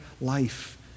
life